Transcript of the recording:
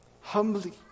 humbly